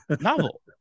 novel